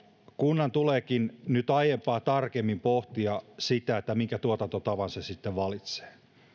kunnan tuleekin nyt aiempaa tarkemmin pohtia sitä minkä tuotantotavan se sitten valitsee